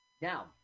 now